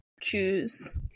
choose